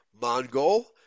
Mongol